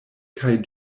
kaj